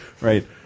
right